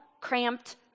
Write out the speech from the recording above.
cramped